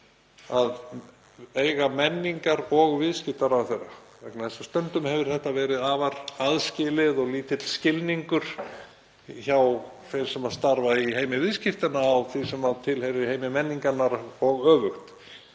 að eiga menningar- og viðskiptaráðherra vegna þess að stundum hefur þetta verið afar aðskilið og lítill skilningur hjá þeim sem starfa í heimi viðskiptanna á því sem tilheyrir heimi menningarinnar og öfugt.